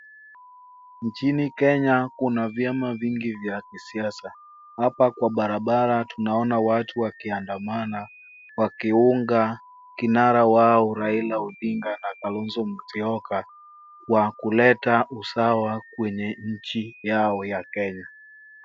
Nchini Kenye kuna vyama vingi vya kisiasa. Hapa kwa barabara tunaona watu wakiandamana wakiunga kinara wao Raila Odinga na Kalonzo Musyoka kwa kuleta usawa kwenye nchi yao ya Kenya.